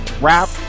rap